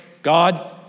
God